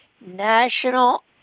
National